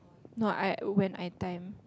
no I when I time